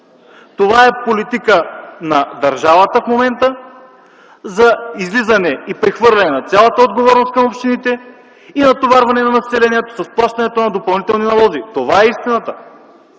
Това е политика на държавата в момента за излизане и прехвърляне на цялата отговорност към общините и натоварване на населението с плащането на допълнителни налози. Това е истината.